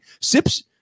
Sip's